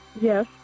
Yes